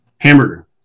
Hamburger